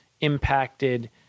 impacted